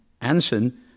anson